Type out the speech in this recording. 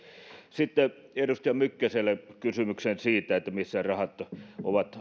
sitten edustaja mykkäselle kysymykseen siitä missä ovat